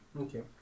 okay